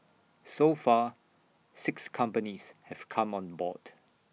so far six companies have come on board